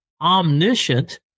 omniscient